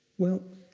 well,